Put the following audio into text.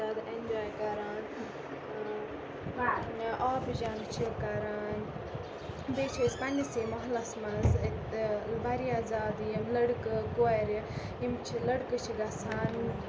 زیادٕ ایٚنجاے کَران آبہٕ جنگ چھِ کَران بیٚیہِ چھِ أسۍ پنٛنِسٕے محلَس مَنٛز واریاہ زیادٕ یِم لٔڑکہٕ کورِ یِم چھِ لٔڑکہٕ چھِ گَژھان